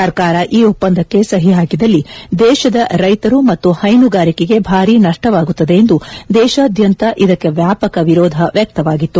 ಸರ್ಕಾರ ಈ ಒಪ್ಪಂದಕ್ಕೆ ಸಹಿ ಹಾಕಿದಲ್ಲಿ ದೇಶದ ರೈತರು ಮತ್ತು ಹೈನುಗಾರರಿಗೆ ಭಾರಿ ನಷ್ಟವಾಗುತ್ತದೆ ಎಂದು ದೇಶಾದ್ಯಂತ ಇದಕ್ಕೆ ವ್ಯಾಪಕ ವಿರೋಧ ವ್ಯಕ್ತವಾಗಿತ್ತು